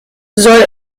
soll